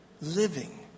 living